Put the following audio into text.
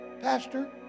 Pastor